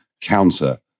counter